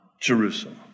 Jerusalem